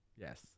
Yes